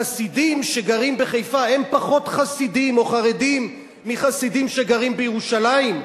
חסידים שגרים בחיפה הם פחות חסידים או חרדים מחסידים שגרים בירושלים?